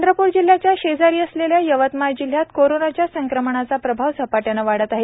चंद्रपुर जिल्ह्याच्या शेजारी असलेल्या यवतमाळ जिल्ह्यात कोरोनाच्या संक्रमनाचा प्रभाव झपाट्याने वाढत आहे